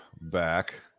back